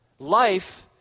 Life